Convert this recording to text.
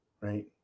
right